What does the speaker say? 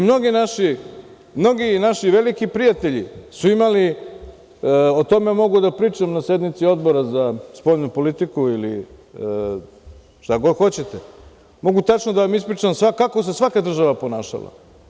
Mnogi naši veliki prijatelji su imali, o tome mogu da pričam na sednici Odbora za spoljnu politiku ili šta god hoćete, mogu tačno da vam ispričam kako se svaka država ponašala.